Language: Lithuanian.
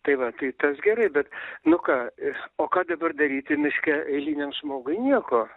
tai va tai tas gerai bet nu ką o ką dabar daryti miške eiliniam žmogui nieko